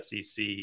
SEC